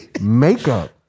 Makeup